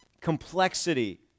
complexity